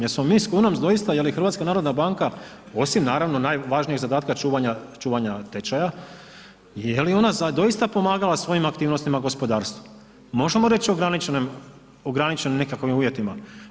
Jesmo mi s kunom doista, je li HNB osim naravno najvažnijeg zadatka čuvanja tečaja, je li ona doista pomagala svojim aktivnostima gospodarstvu, možemo reći ograničenim nekakvim uvjetima.